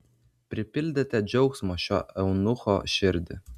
pripildėte džiaugsmo šio eunucho širdį